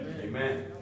Amen